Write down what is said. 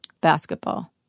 basketball